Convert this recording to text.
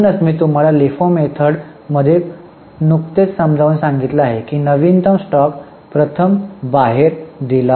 म्हणूनच मी तुम्हाला लिफो मेथड मध्ये नुकतेच समजावून सांगितले आहे की नवीनतम स्टॉक प्रथम बाहेर दिला जातो